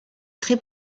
très